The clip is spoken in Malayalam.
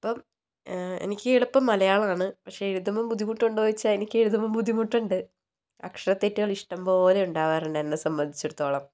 അപ്പം എനിക്ക് എളുപ്പം മലയാളമാണ് പക്ഷെ എഴുതുമ്പോൾ ബുദ്ധിമുട്ടുണ്ടോയെന്നു ചോദിച്ചാൽ എനിക്ക് എഴുതുമ്പോൾ ബുദ്ധിമുട്ടുണ്ട് അക്ഷരത്തെറ്റുകൾ ഇഷ്ടംപോലെ ഉണ്ടാകാറുണ്ട് എന്നെ സംബന്ധിച്ചിടത്തോളം